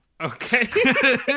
Okay